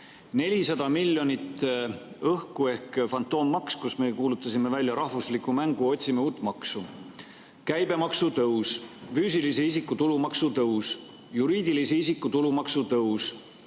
400 miljonit õhku ehk fantoommaks, kus me kuulutasime välja rahvusliku mängu "Otsime uut maksu". Käibemaksu tõus, füüsilise isiku tulumaksu tõus, juriidilise isiku tulumaksu tõus,